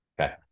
okay